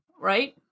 Right